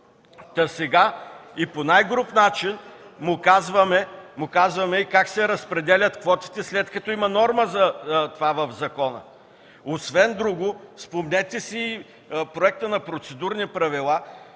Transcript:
Та сега, и по най-груб начин, му казваме как се разпределят квотите, след като има норма за това в закона! Освен другото, спомнете си Проекта на процедурни правила,